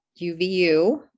UVU